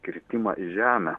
kritimą į žemę